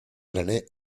graner